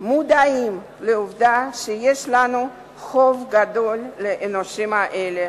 מודעים לעובדה שיש לנו חוב גדול לאנשים האלה.